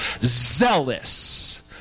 zealous